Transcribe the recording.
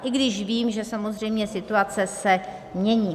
I když vím, že samozřejmě situace se mění.